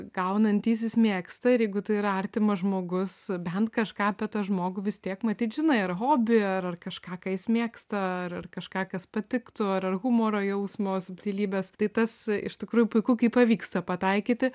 gaunantysis mėgsta ir jeigu tai yra artimas žmogus bent kažką apie tą žmogų vis tiek matyt žinai ar hobį ar ar kažką ką jis mėgsta ar ar kažką kas patiktų ar ar humoro jausmo subtilybes tai tas iš tikrųjų puiku kai pavyksta pataikyti